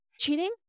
Cheating